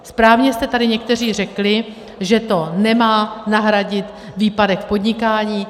Správně jste tady někteří řekli, že to nemá nahradit výpadek podnikání.